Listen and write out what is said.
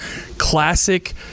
classic